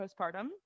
postpartum